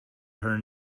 her